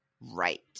right